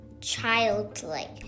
childlike